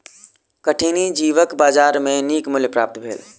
कठिनी जीवक बजार में नीक मूल्य प्राप्त भेल